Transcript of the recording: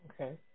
Okay